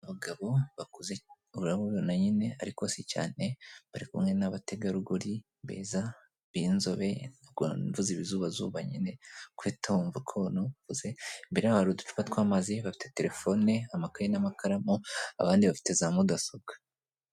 Abagabo bakuze urababona nyine ariko si cyane, bari kumwe n'abategarugori beza b'inzobe, ubwo mvuze ibizubazuba nyine guhita wumva ukuntu mvuze, imbere yabo hari uducupa tw'amazi, bafite telefone amakaye n'amakaramu abandi bafite za mudasobwa.